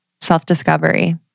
self-discovery